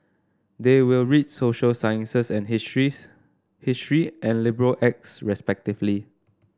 they will read social sciences and histories history and liberal acts respectively